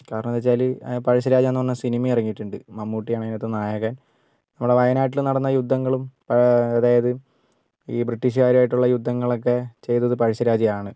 കാരണം എന്നു വച്ചാൽ പഴശ്ശിരാജ എന്നു പറഞ്ഞ സിനിമ ഇറങ്ങിയിട്ടുണ്ട് മമ്മൂട്ടി ആണ് അതിനകത്ത് നായകൻ നമ്മുടെ വയനാട്ടിൽ നടന്ന യുദ്ധങ്ങളും അതായത് ഈ ബ്രിട്ടീഷുകാരുമായിട്ടുള്ള യുദ്ധങ്ങളൊക്കെ ചെയ്തത് പഴശ്ശിരാജയാണ്